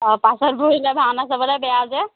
অঁ পাছত বহিলে ভাওনা চাবলৈ বেয়া যে